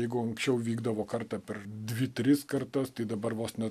jeigu anksčiau vykdavo kartą per dvi tris kartas tai dabar vos ne